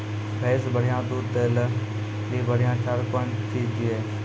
भैंस बढ़िया दूध दऽ ले ली बढ़िया चार कौन चीज दिए?